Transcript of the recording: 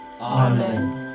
Amen